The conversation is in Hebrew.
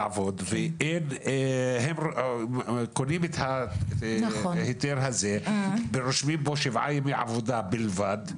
הם קונים את ההיתר הזה ורושמים בו שבעה ימי עבודה בלבד,